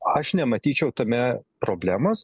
aš nematyčiau tame problemos